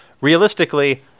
realistically